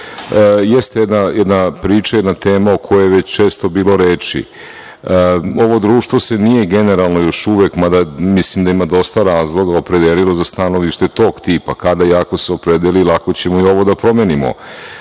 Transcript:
jeste jedna priča, jedna tema o kojoj je već često bilo reči. Ovo društvo se nije opredelilo generalno još uvek, mada mislim da ima dosta razloga za stanovište tog tipa, Kada i ako se opredeli lako ćemo i ovo da promenimo. Nije